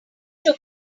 took